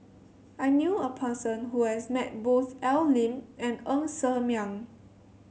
I knew a person who has met both Al Lim and Ng Ser Miang